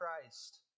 Christ